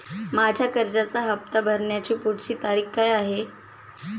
माझ्या कर्जाचा हफ्ता भरण्याची पुढची तारीख काय आहे?